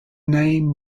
name